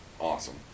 awesome